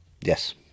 Yes